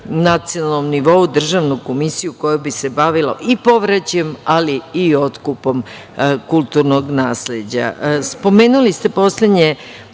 nacionalnom nivou, državnu komisiju koja bi se bavila i povraćajem, ali i otkupom kulturnog nasleđa. Spomenuli ste poslednje